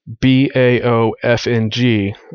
B-A-O-F-N-G